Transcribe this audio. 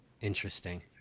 Interesting